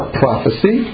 prophecy